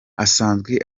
asanzwe